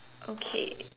okay